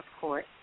Court